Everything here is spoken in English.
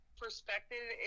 perspective